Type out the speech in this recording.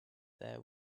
there